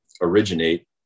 originate